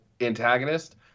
antagonist